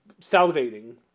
salivating